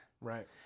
Right